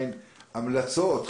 המלצות,